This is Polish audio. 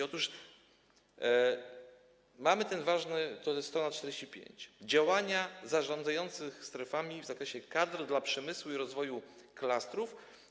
Otóż mamy te ważne, to jest strona 45, działania zarządzających strefami w zakresie kadr dla przemysłu i rozwoju klastrów.